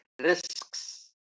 risks